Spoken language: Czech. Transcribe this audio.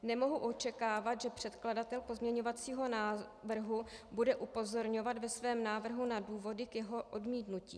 Nemohu očekávat, že předkladatel pozměňovacího návrhu bude upozorňovat ve svém návrhu na důvody k jeho odmítnutí.